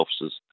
officers